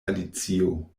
alicio